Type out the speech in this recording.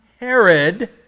Herod